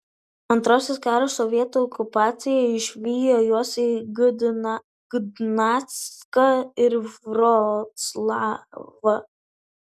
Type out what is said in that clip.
antrasis karas sovietų okupacija išvijo juos į gdanską ir vroclavą